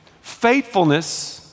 faithfulness